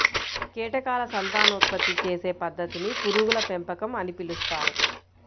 కీటకాల సంతానోత్పత్తి చేసే పద్ధతిని పురుగుల పెంపకం అని పిలుస్తారు